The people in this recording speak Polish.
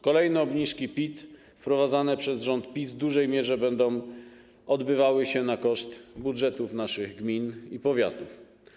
Kolejne obniżki PIT wprowadzane przez rząd PiS w dużej mierze będą odbywały się kosztem budżetów naszych gmin i powiatów.